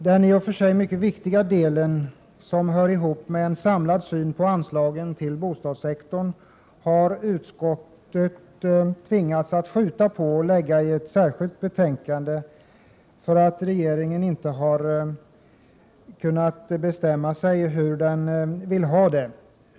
Denna i och för sig mycket viktiga del, som hör ihop med en samlad syn på anslagen till bostadssektorn, har utskottet tvingats skjuta på och behandla i ett särskilt betänkande på grund av att regeringen inte har kunnat bestämma sig hur den vill ha det.